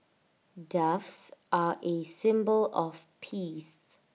doves are A symbol of peace